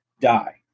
die